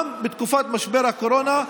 גם בתקופת משבר הקורונה,